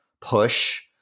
push